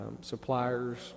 suppliers